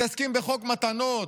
מתעסקים בחוק מתנות.